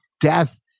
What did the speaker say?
death